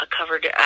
covered